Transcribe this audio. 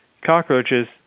cockroaches